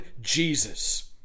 Jesus